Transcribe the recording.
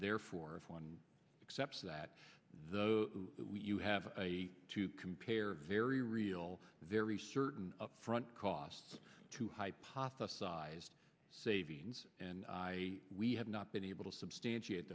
therefore if one accepts that though you have a to compare very real very certain upfront costs to hypothesized savings and i we have not been able to substantiate